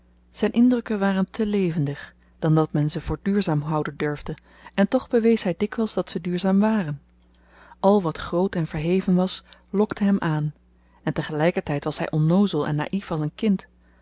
zyn indrukken waren te levendig dan dat men ze voor duurzaam houden durfde en toch bewees hy dikwyls dat ze duurzaam waren al wat groot en verheven was lokte hem aan en tegelyker tyd was hy onnoozel en naïf als een kind